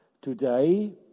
today